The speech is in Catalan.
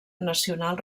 nacional